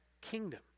kingdom